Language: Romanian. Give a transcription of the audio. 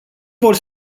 vor